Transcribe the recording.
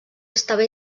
estava